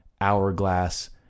Hourglass